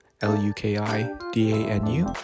L-U-K-I-D-A-N-U